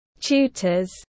Tutors